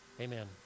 amen